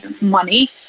money